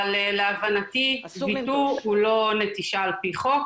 אבל להבנתי ויתור הוא לא נטישה על פי חוק,